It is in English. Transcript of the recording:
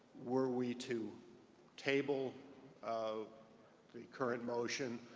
were we to table um the current motion,